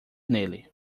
nele